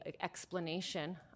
explanation